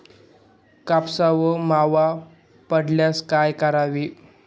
कापसावर मावा पडल्यास काय करावे?